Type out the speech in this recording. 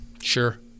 Sure